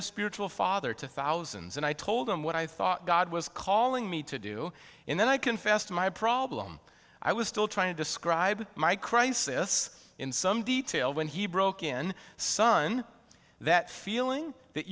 a spiritual father to thousands and i told him what i thought god was calling me to do and then i confessed my problem i was still trying to describe my crisis in some detail when he broke in son that feeling that